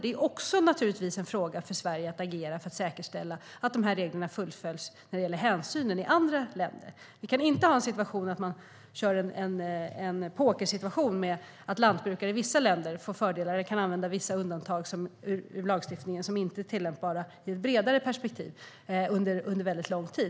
Det är naturligtvis också en fråga för Sverige, alltså att agera för att säkerställa att reglerna fullföljs när det gäller hänsynen i andra länder. Vi kan inte ha en pokersituation där lantbrukare i vissa länder får fördelar och kan använda vissa undantag i lagstiftningen som inte är tillämpbara i ett bredare perspektiv under väldigt lång tid.